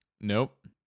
Nope